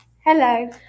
Hello